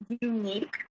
unique